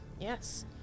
yes